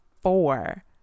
four